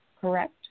correct